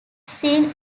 seen